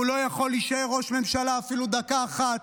והוא לא יכול להישאר ראש ממשלה אפילו דקה אחת.